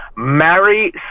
marry